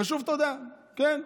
ושוב תודה, כן.